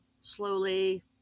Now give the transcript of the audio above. slowly